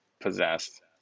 possessed